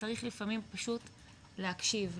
וצריך לפעמים פשוט להקשיב,